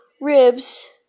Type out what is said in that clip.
ribs